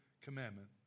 commandment